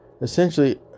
Essentially